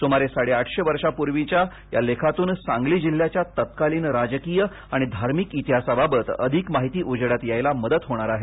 सुमारे साडे आठशे वर्षांपूर्वीच्या या लेखातून सांगली जिल्ह्याच्या तत्कालीन राजकीय आणि धार्मिक इतिहासाबाबत अधिक माहिती उजेडात यायला मदत होणार आहे